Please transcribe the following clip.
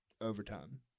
overtime